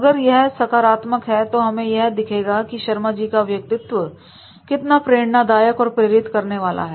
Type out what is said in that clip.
अगर यह सकारात्मक है तो हमें यह दिखेगा कि शर्मा जी का व्यक्तित्व कितना प्रेरणादायक और प्रेरित करने वाला है